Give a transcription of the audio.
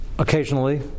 Occasionally